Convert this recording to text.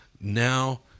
Now